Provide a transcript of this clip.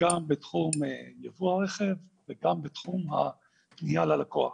גם בתחום ייבוא הרכב וגם בתחום הפנייה ללקוח.